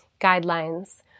guidelines